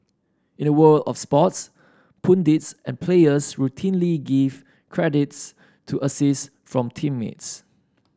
in the world of sports pundits and players routinely give credits to assists from teammates